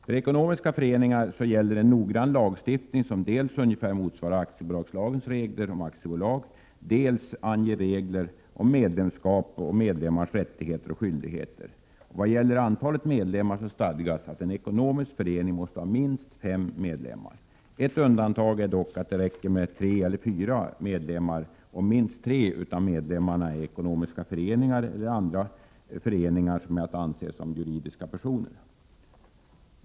För ekonomiska föreningar gäller en noggrann lagstiftning som dels ungefär motsvarar aktiebolagslagens regler för aktiebolag, dels anger regler om medlemskap och medlemmars rättigheter och skyldigheter. Vad gäller antalet medlemmar stadgas att en ekonomisk förening måste ha minst fem medlemmar. Ett undantag är dock att det räcker med tre eller fyra om minst tre av medlemmarna är ekonomiska föreningar eller andra föreningar som är att anse som juridiska personer.